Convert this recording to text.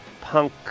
punk